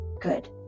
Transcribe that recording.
good